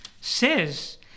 says